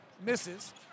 misses